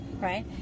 right